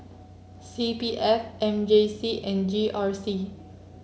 C P F M J C and G R C